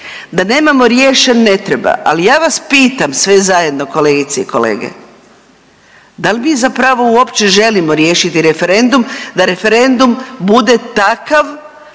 da nemamo riješen, ne treba, ali ja vas pitam sve zajedno, kolegice i kolege, da li mi zapravo uopće želimo riješiti referendum da referendum bude takav